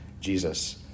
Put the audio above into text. Jesus